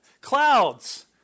clouds